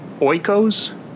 Oikos